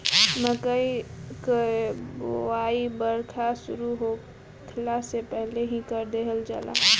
मकई कअ बोआई बरखा शुरू होखला से पहिले ही कर देहल जाला